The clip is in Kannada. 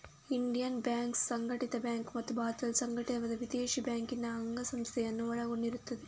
ಇಂಡಿಯನ್ ಬ್ಯಾಂಕ್ಸ್ ಸಂಘಟಿತ ಬ್ಯಾಂಕ್ ಮತ್ತು ಭಾರತದಲ್ಲಿ ಸಂಘಟಿತವಾದ ವಿದೇಶಿ ಬ್ಯಾಂಕಿನ ಅಂಗಸಂಸ್ಥೆಯನ್ನು ಒಳಗೊಂಡಿರುತ್ತದೆ